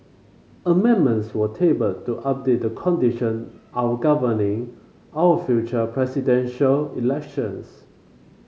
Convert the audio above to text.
amendments were tabled to update the condition our governing our future Presidential Elections